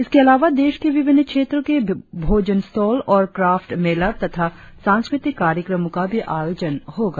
इसके अलावा देश के विभिन्न क्षेत्रों के भोजन स्टॉल और क्राफ्ट मेला तथा सांस्कृतिक कार्यक्रमों का भी आयोजन होगा